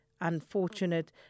unfortunate